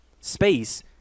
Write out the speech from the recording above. space